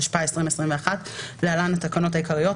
התשפ"א-2021 (להלן התקנות העיקריות),